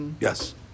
yes